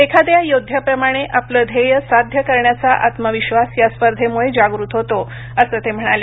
एखाद्या योद्ध्याप्रमाणे आपलं ध्येय साध्य करण्याचा आत्मविश्वास या स्पर्धेमुळे जागृत होतो असं ते म्हणाले